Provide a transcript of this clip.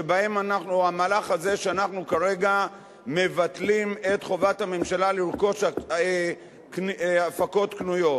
שבהם המהלך הזה שאנחנו כרגע מבטלים את חובת הממשלה לרכוש הפקות קנויות.